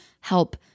help